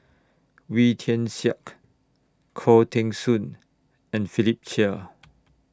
Wee Tian Siak Khoo Teng Soon and Philip Chia